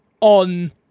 on